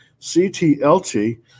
CTLT